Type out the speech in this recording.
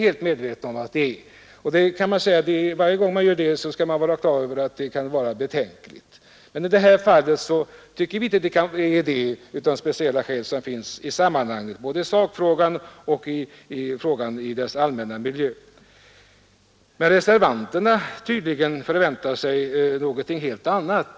Varje gång vi gör detta bör vi vara på det klara med att det är betänkligt. Men i detta fall är det inte så betänkligt av de speciella skäl som föreligger i detta sammanhang både i sakfrågan och på annat sätt. Reservanterna förväntar sig emellertid tydligen någonting helt annat.